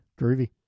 Groovy